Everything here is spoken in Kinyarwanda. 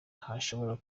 hashobora